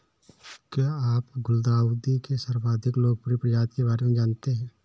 क्या आप गुलदाउदी के सर्वाधिक लोकप्रिय प्रजाति के बारे में जानते हैं?